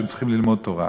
שהם צריכים ללמוד תורה,